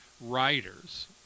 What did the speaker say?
writers